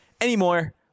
anymore